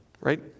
right